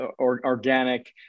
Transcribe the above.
organic